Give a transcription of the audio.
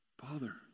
Father